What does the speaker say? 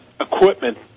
equipment